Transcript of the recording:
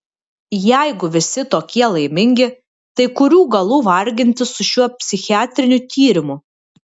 jeigu visi tokie laimingi tai kurių galų vargintis su šiuo psichiatriniu tyrimu